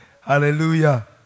Hallelujah